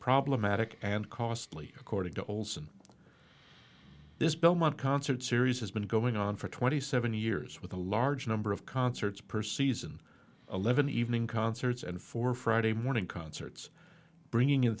problematic and costly according to olson this belmont concert series has been going on for twenty seven years with a large number of concerts per season eleven evening concerts and four friday morning concerts bringing in